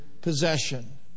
possession